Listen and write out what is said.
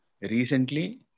recently